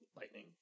lightning